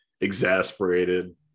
exasperated